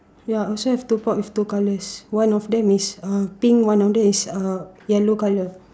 ya also have two pots two colours one of them is uh pink one of them is uh yellow colour